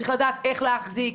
צריך לדעת איך להחזיק,